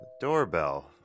Doorbell